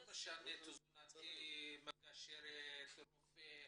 לא משנה מגשרת, רופא,